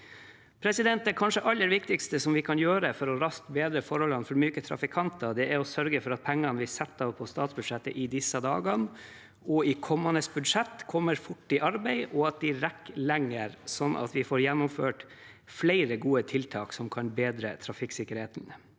Det kanskje aller viktigste vi kan gjøre for raskt å bedre forholdene for myke trafikanter, er å sørge for at pengene vi setter av på statsbudsjettet i disse dager og i kommende budsjett, kommer fort i arbeid, og at de rekker lenger, sånn at vi får gjennomført flere gode tiltak som kan bedre trafikksikkerheten.